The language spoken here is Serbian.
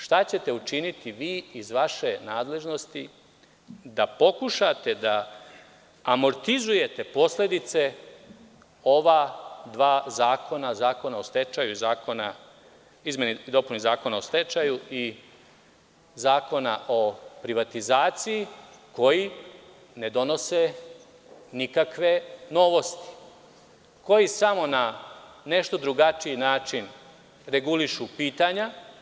Šta ćete učiniti vi iz vaše nadležnosti da pokušate da amortizujete posledice ova dva zakona, izmene i dopune Zakona o stečaju i izmene i dopune Zakona o privatizaciji koji ne donose nikakve novosti, koji samo na nešto drugačiji način regulišu pitanja?